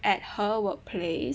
at her workplace